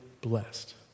blessed